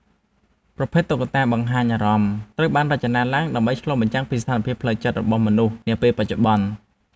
ប្រភេទ តុក្កតាបង្ហាញអារម្មណ៍ ត្រូវបានរចនាឡើងដើម្បីឆ្លុះបញ្ចាំងពីស្ថានភាពផ្លូវចិត្តរបស់មនុស្សនាពេលបច្ចុប្បន្ន។